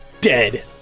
dead